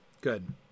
Good